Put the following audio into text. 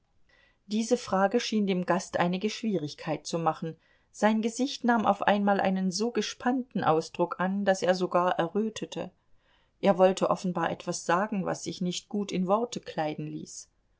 diese frage schien dem gast einige schwierigkeit zu machen sein gesicht nahm auf einmal einen so gespannten ausdruck an daß er sogar errötete er wollte offenbar etwas sagen was sich nicht gut in worte kleiden ließ